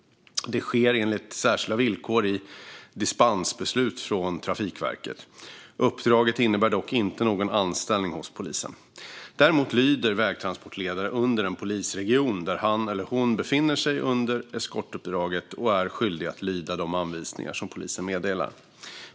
Det sker enligt särskilda villkor i dispensbeslut från Trafikverket. Uppdraget innebär dock inte någon anställning hos polisen. Däremot lyder vägtransportledare under den polisregion där han eller hon befinner sig under eskortuppdraget och är skyldig att lyda de anvisningar som polisen meddelar.